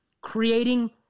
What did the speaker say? creating